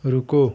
रुको